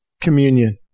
communion